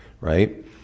Right